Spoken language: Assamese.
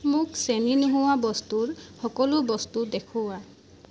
মোক চেনী নোহোৱা বস্তুৰ সকলো বস্তু দেখুওৱা